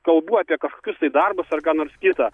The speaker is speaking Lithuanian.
kalbų apie kažkokius tai darbus ar ką nors kitą